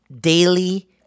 daily